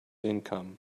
income